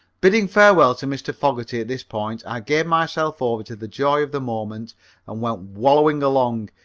bidding farewell to mr. fogerty at this point, i gave myself over to the joy of the moment and went wallowing along,